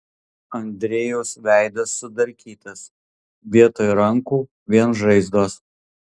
andrejaus veidas sudarkytas vietoj rankų vien žaizdos